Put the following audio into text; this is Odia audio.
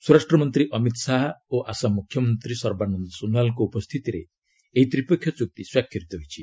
ସ୍ୱରାଷ୍ଟ୍ର ମନ୍ତ୍ରୀ ଅମିତ ଶାହା ଓ ଆସାମ ମ୍ରଖ୍ୟମନ୍ତ୍ରୀ ସର୍ବାନନ୍ଦ ସୋନୱାଲଙ୍କ ଉପସ୍ଥିତିରେ ଏହି ତ୍ରିପକ୍ଷୀୟ ଚୁକ୍ତି ସ୍ୱାକ୍ଷରିତ ହୋଇଛି